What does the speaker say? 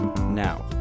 Now